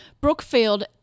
Brookfield